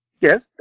Yes